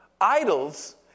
Idols